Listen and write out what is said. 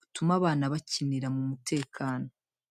butuma abana bakinira mu mutekano.